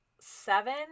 seven